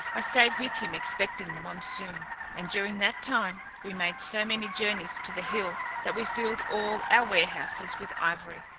i staid with him expecting the monsoon and during that time, we made so many journeys to the hill, that we filled all our warehouses with ivory.